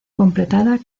completada